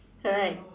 correct